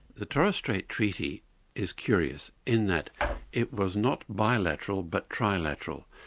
the torres strait treaty is curious, in that it was not bilateral, but trilateral.